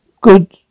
good